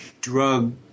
drug